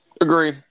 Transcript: Agree